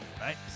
right